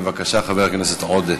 בבקשה, חבר הכנסת עודה.